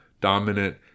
dominant